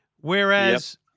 Whereas